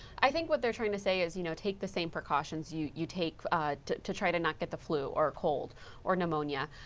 i think what they're trying to say is you know take the same precautions you you take ah to to try to not get the flu or a cold or pneumonia.